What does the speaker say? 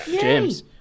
James